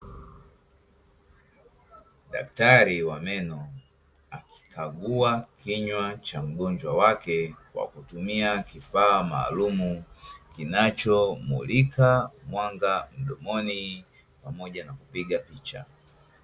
Daktari wa meno akikagua kinywa cha mgonjwa wake kwa kutumia kifaa maalumu, kinacho mulika mwanga mdomoni, pamoja na kupiga picha.